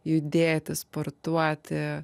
judėti sportuoti